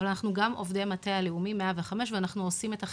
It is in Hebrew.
אבל אנחנו גם עובדי המטה הלאומי 105 ואנחנו עושים את החיבורים.